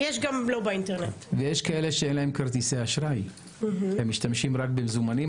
יש גם כאלה שאין להם כרטיסי אשראי והם משתמשים רק במזומן,